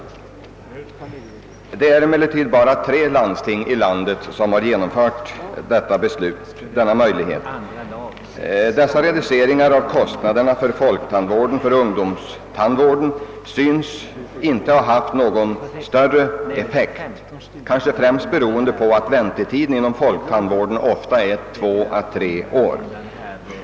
Det är emellertid bara tre landsting i landet som har genomfört detta. Dessa reduceringar av kostnaderna i folktandvården för ungdomstandvård synes inte ha haft någon större effekt, kanske främst beroende på att väntetiden inom folktandvården ofta är två å tre år.